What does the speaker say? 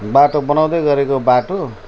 बाटो बनाउँदै गरेको बाटो